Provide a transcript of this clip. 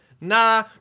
Nah